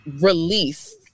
release